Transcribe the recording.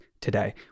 today